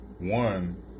one